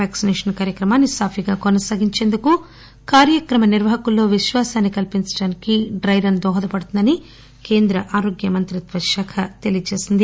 vaccination కార్యక్రమాన్ని సాఫీగా కొనసాగించేందుకు కార్యక్రమ నిర్పాహకుల్లో విశ్వాసాన్ని కల్పించడానికి డైరన్ దోహద పడుతుందని కేంద్ర ఆరోగ్య మంత్రిత్వ శాఖ తెలియజేసింది